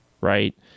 right